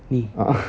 ni